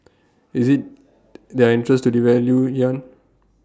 is IT their interest to devalue yuan